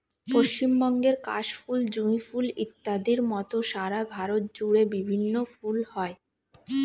পশ্চিমবঙ্গের কাশ ফুল, জুঁই ফুল ইত্যাদির মত সারা ভারত জুড়ে বিভিন্ন ফুল হয়